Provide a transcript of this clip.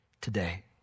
today